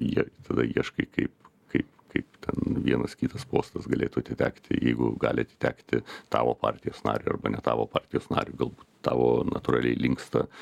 jie tada ieškai kaip kaip kaip ten vienas kitas postas galėtų atitekti jeigu gali atitekti tavo partijos nariui arba ne tavo partijos nariui galbūt tavo natūraliai linksta